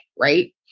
right